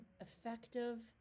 effective